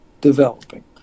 developing